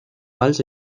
vals